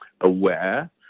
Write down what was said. aware